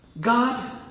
God